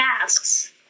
tasks